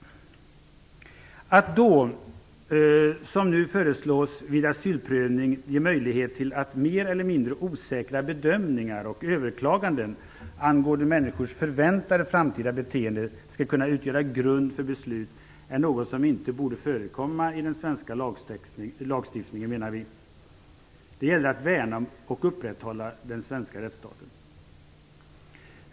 Att då, som nu föreslås, vid asylprövning låta mer eller mindre osäkra bedömningar och överväganden angående människors förväntade framtida beteende utgöra grund för beslut är något som inte borde förekomma i den svenska lagstiftningen, menar vi. Det gäller att värna och upprätthålla den svenska rättsstaten.